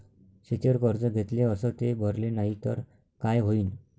शेतीवर कर्ज घेतले अस ते भरले नाही तर काय होईन?